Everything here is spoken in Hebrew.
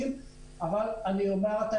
אבל אני אומר את האמת